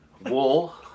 wool